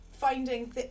finding